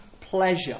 pleasure